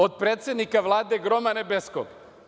Od predsednika Vlade, groma nebeskog?